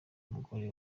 umugore